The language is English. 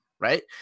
right